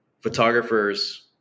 photographers